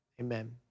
amen